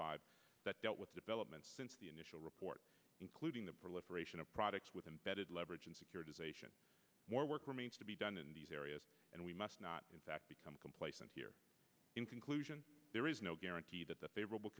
five that dealt with developments since the initial report including the proliferation of products with embedded leverage and securitization more work remains to be done in these areas and we must not in fact become complacent here in conclusion there is no guarantee that the favorable